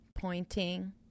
pointing